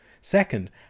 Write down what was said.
Second